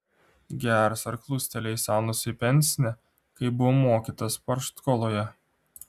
gers ar kliūstelės anusui į pensnė kaip buvo mokytas partškoloje